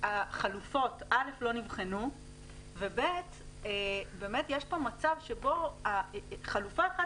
החלופות לא נבחנו ובאמת יש כאן מצב שבו חלופה אחת